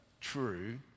true